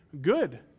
good